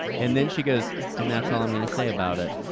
and then she goes, and that's all i'm gonna say about it.